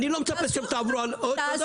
אני לא מחפש שאתם תעברו תודה.